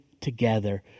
together